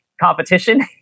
competition